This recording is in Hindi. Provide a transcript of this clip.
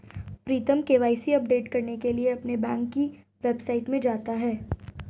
प्रीतम के.वाई.सी अपडेट करने के लिए अपने बैंक की वेबसाइट में जाता है